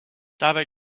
dabei